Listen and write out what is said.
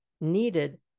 needed